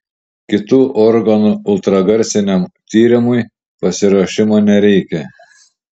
kitų organų ultragarsiniam tyrimui pasiruošimo nereikia